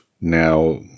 now